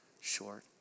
short